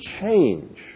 change